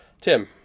Tim